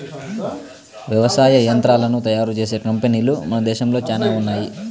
వ్యవసాయ యంత్రాలను తయారు చేసే కంపెనీలు మన దేశంలో చానా ఉన్నాయి